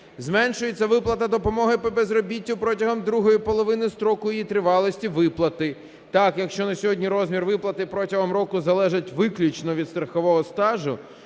Зменшується виплата допомоги по безробіттю протягом другої половини строку її тривалості виплати. Так, якщо на сьогодні розмір виплати протягом року залежить виключно від страхового стажу,